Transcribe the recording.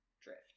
drift